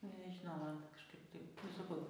nu nežinau man tai kažkaip taip sakau